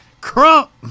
Crump